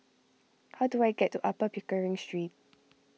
how do I get to Upper Pickering Street